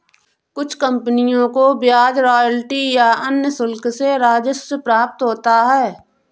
कुछ कंपनियों को ब्याज रॉयल्टी या अन्य शुल्क से राजस्व प्राप्त होता है